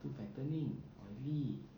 too fattening oily